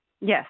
Yes